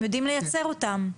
הם יודעים לייצר אותם.